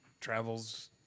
travels